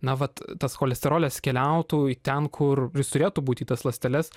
na vat tas cholesterolis keliautų į ten kur jis turėtų būti į tas ląsteles